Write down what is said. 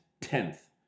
tenth